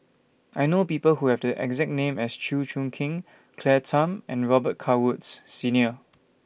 I know People Who Have The exact name as Chew Choo Keng Claire Tham and Robet Carr Woods Senior